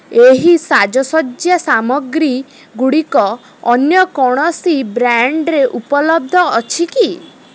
ଏହି ସାଜସଜ୍ଜା ସାମଗ୍ରୀଗୁଡ଼ିକ ଅନ୍ୟ କୌଣସି ବ୍ରାଣ୍ଡ୍ରେ ଉପଲବ୍ଧ ଅଛି କି